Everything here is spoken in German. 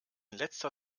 letzter